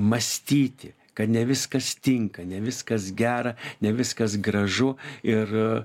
mąstyti kad ne viskas tinka ne viskas gera ne viskas gražu ir